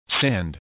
sand